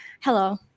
Hello